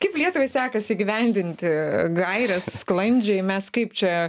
kaip lietuvai sekasi įgyvendinti gaires sklandžiai mes kaip čia